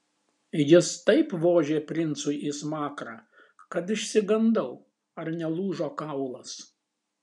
jis taip vožė princui į smakrą kad išsigandau ar nelūžo kaulas